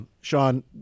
Sean